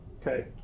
Okay